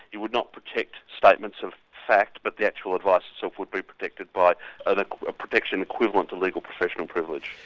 you would not protect statements of fact, but the actual advice itself would be protected by but ah like a protection equivalent to legal professional privilege.